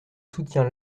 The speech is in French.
soutiens